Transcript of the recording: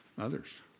others